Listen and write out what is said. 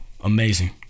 amazing